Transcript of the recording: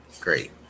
Great